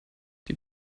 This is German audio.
die